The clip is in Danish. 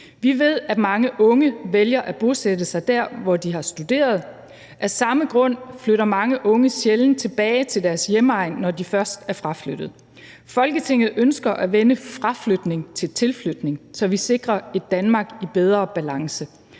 Vi ved, at mange unge vælger at bosætte sig der, hvor de har studeret. Af samme grund flytter mange unge sjældent tilbage til deres hjemegn, når de først er fraflyttet. Folketinget ønsker at vende fraflytning til tilflytning, så vi sikrer et Danmark i bedre balance.